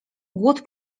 głód